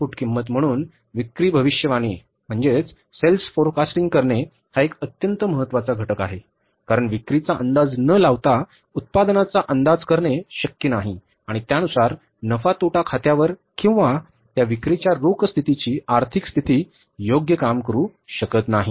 input किंमत म्हणून विक्री भविष्यवाणी करणे हा एक अत्यंत महत्वाचा घटक आहे कारण विक्रीचा अंदाज न लावता उत्पादनाचा अंदाज करणे शक्य नाही आणि त्यानुसार नफा तोटा खात्यावर किंवा त्या विक्रीच्या रोख स्थितीची आर्थिक स्थिती योग्य काम करू शकत नाही